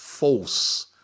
False